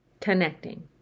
Connecting